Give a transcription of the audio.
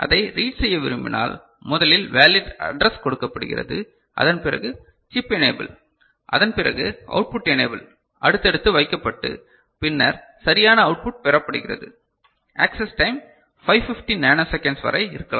அதை ரீட் செய்ய விரும்பினால் முதலில் வேலிட் அட்ரஸ் கொடுக்கப்படுகிறது அதன் பிறகு சிப் எனேபில் அதன்பிறகு அவுட்புட் எனேபில் அடுத்தடுத்து வைக்கப்பட்டு பின்னர் சரியான அவுட்புட் பெறப்படுகிறது ஆக்சஸ் டைம் 550 நானோ செகண்ட்ஸ் வரை இருக்கலாம்